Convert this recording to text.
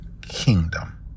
kingdom